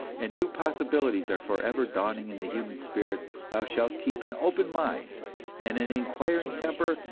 and new possibilities are forever dawning in the human spirit, thou shalt keep an open mind and an inquiring temper,